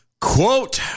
quote